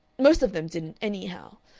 most of them didn't, anyhow.